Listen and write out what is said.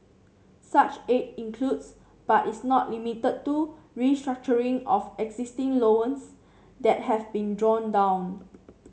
such aid includes but is not limited to restructuring of existing loans that have been drawn down